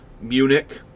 Munich